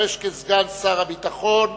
המשמש כסגן שר הביטחון,